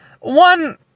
One